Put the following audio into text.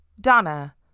Donna